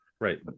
right